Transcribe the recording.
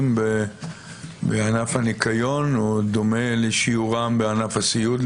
בענף הניקיון דומה לשיעורם בענף הסיעוד,